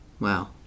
Wow